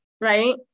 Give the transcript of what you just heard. right